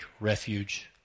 refuge